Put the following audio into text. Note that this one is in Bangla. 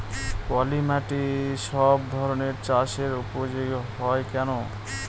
পলিমাটি সব ধরনের চাষের উপযোগী হয় কেন?